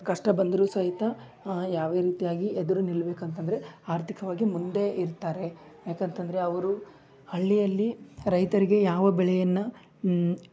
ಕಷ್ಟ ಬಂದರೂ ಸಹಿತ ಯಾವ ರೀತಿಯಾಗಿ ಎದುರು ನಿಲ್ಬೇಕು ಅಂತಂದರೆ ಆರ್ಥಿಕವಾಗಿ ಮುಂದೆ ಇರ್ತಾರೆ ಯಾಕಂತಂದರೆ ಅವರು ಹಳ್ಳಿಯಲ್ಲಿ ರೈತರಿಗೆ ಯಾವ ಬೆಳೆಯನ್ನು